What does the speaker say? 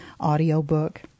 audiobook